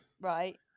Right